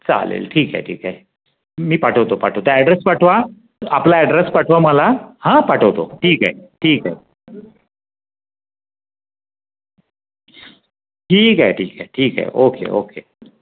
चालेल ठीक आहे ठीक आहे मी पाठवतो पाठवतो त्या ॲड्रेस पाठवा आपला ॲड्रेस पाठवा मला पाठवतो ठीक आहे ठीक आहे ठीक आहे ठीक आहे ओके ओके